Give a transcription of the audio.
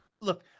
Look